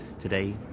Today